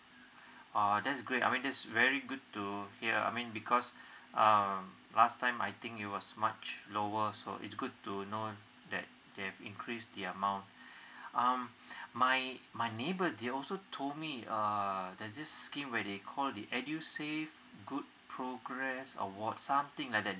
uh that's great I mean that's very good to hear I mean because um last time I think it was much lower so it's good to know that they have increased the amount um my my neighbor they also told me err there's this scheme where they call it the edusave good progress award something like that